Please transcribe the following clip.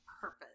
purpose